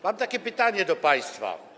Mam takie pytanie do państwa.